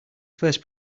first